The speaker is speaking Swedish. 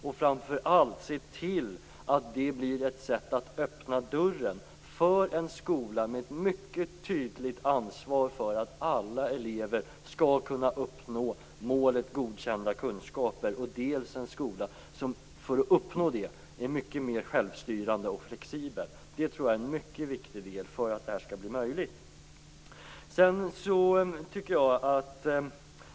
Se framför allt till att det blir ett sätt att öppna dörren för en skola med mycket tydligt ansvar för att alla elever skall kunna uppnå målet om godkända kunskaper. Låt det också bli en skola som, för att uppnå detta, är mycket mer självstyrande och flexibel. Det tror jag är en mycket viktig del för att det här skall bli möjligt.